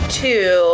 two